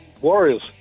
Warriors